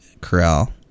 Corral